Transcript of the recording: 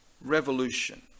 revolution